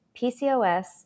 PCOS